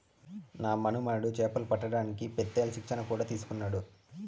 నా మనుమడు చేపలు పట్టడానికి పెత్తేల్ శిక్షణ కూడా తీసుకున్నాడు